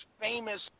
famous